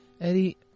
Eddie